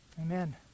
Amen